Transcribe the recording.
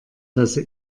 lasse